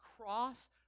cross